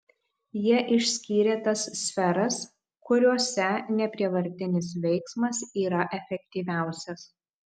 jie išskyrė tas sferas kuriose neprievartinis veiksmas yra efektyviausias